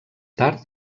tard